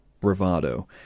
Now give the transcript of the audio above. bravado